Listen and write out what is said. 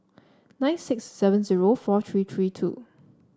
nine six seven zero four three three two